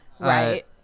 Right